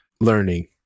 learning